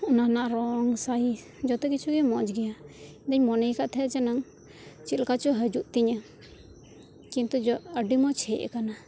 ᱚᱱᱟ ᱨᱮᱭᱟᱜ ᱨᱚᱝ ᱥᱟᱭᱤᱡᱽ ᱡᱚᱛᱚ ᱠᱤᱪᱷᱩ ᱜᱮ ᱢᱚᱸᱡᱽ ᱜᱮᱭᱟ ᱤᱧᱫᱚᱧ ᱢᱚᱱᱮᱭᱟᱠᱟᱫ ᱛᱟᱦᱮᱸ ᱡᱮᱱᱚ ᱪᱮᱫ ᱞᱮᱠᱟ ᱪᱚ ᱦᱤᱡᱩᱜ ᱛᱤᱧᱟᱹ ᱠᱤᱱᱛᱩ ᱡᱚᱜ ᱟᱹᱰᱤ ᱢᱚᱸᱡᱽ ᱦᱮᱡ ᱟᱠᱟᱱᱟ